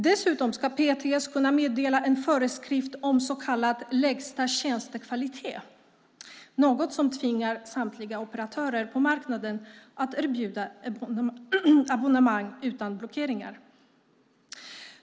Dessutom ska PTS kunna meddela en föreskrift om så kallad lägsta tjänstekvalitet, något som tvingar samtliga operatörer på marknaden att erbjuda abonnemang utan blockeringar.